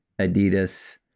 Adidas